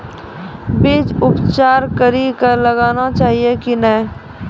बीज उपचार कड़ी कऽ लगाना चाहिए कि नैय?